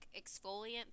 exfoliant